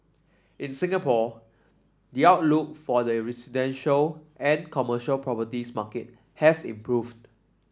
in Singapore the outlook for the residential and commercial properties market has improved